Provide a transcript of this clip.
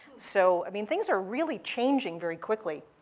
so i mean, things are really changing very quickly.